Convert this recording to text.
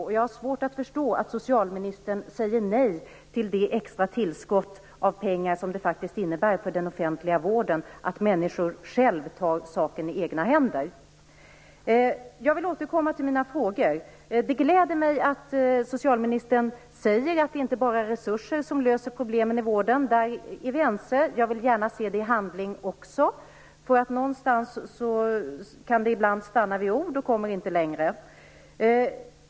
Jag har också svårt att förstå att socialministern säger nej till det extra tillskott av pengar som det faktiskt innebär för den offentliga vården att människor tar saken i egna händer. Jag vill återkomma till mina frågor. Det gläder mig att socialministern säger att det inte bara är resurser som löser problemen i vården. På den punkten är vi ense. Men jag vill gärna se det i handling också. Det kan ju ibland stanna vid ord utan att man kommer längre.